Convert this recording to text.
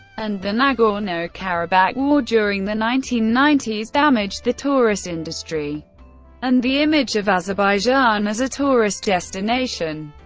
and the nagorno-karabakh war during the nineteen ninety s, damaged the tourist industry and the image of azerbaijan as a tourist destination.